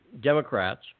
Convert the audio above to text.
Democrats